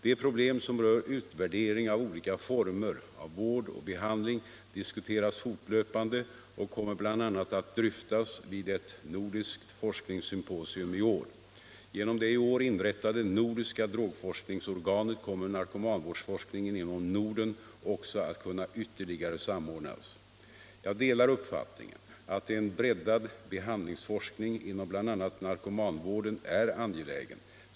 De problem som rör utvärdering av olika former av vård och behandling diskuteras fortlöpande och kommer bl.a. att dryftas vid ett nordiskt forskningssymposium i år. Genom det i år inrättade Nordiska drogforskningsorganet kommer narkomanvårdsforskningen inom Norden också att kunna ytterligare samordnas. Jag delar uppfattningen att en breddad behandlingsforskning inom bl.a. narkomanvården är angelägen.